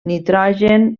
nitrogen